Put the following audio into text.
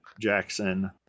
Jackson